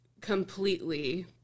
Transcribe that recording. completely